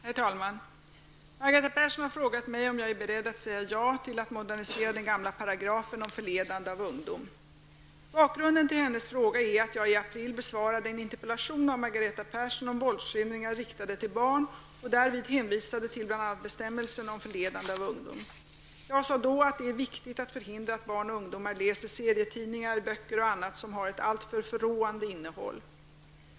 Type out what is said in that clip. Herr talman! Margareta Persson har frågat mig om jag nu är beredd att säga ja till att modernisera den gamla paragrafen om förledande av ungdom. Bakgrunden till Margareta Perssons fråga är att jag i april besvarade en interpellation av henne om våldsskildringar riktade till barn och därvid hänvisade till bl.a. bestämmelsen om förledande av ungdom. Jag sade då att det är viktigt att förhindra att barn och ungdomar läser serietidningar, böcker och annat som har ett alltför förråande innehåll.